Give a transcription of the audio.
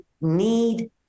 need